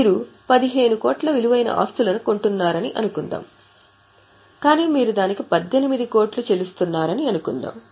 మీరు 15 కోట్ల విలువైన ఆస్తులను కొంటున్నారని అనుకుందాం కాని మీరు దానికి 18 కోట్లు చెల్లిస్తున్నారని అనుకుందాం